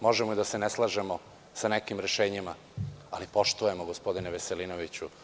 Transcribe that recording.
Možemo da se ne slažemo sa nekim rešenjima, ali poštujemo, gospodine Veselinoviću.